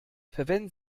verwenden